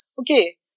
okay